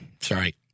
sorry